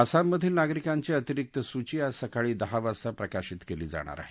आसाममधील नागरिकांची अतिरिक्त सूची आज सकाळी दहा वाजता प्रकाशित केली जाणार आहे